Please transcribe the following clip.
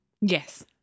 Yes